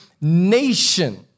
nation